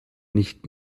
nicht